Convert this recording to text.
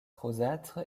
rosâtre